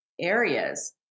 areas